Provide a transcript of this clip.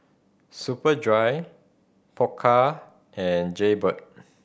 Superdry Pokka and Jaybird